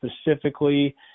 specifically